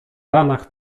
ranach